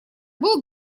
был